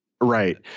Right